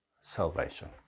salvation